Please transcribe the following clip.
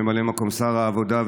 ממלא מקום שר העבודה,